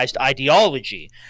ideology